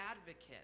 advocate